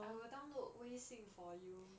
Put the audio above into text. I will download 微信 for you